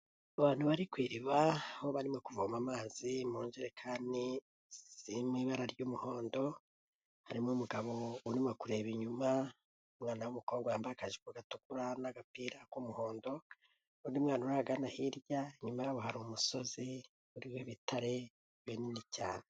Abantu bari ku iriba, aho barimo kuvoma amazi mu njerekani zirimo ibara ry'umuhondo harimo umugabo urimo kureba inyuma, umwana w'umukobwa wambaye akajipo gatukura n'agapira k'umuhondo, undi mwana ari ahagana hirya inyuma yabo hari umusozi uriho ibitare binini cyane.